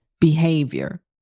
behavior